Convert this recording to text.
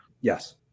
Yes